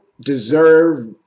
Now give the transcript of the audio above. deserve